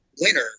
winner